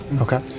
Okay